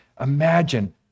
Imagine